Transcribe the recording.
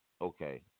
Okay